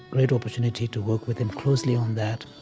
great opportunity to work with him closely on that